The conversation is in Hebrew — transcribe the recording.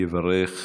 יברך